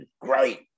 Great